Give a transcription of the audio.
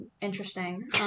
Interesting